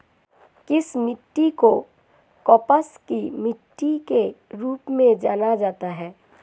किस मिट्टी को कपास की मिट्टी के रूप में जाना जाता है?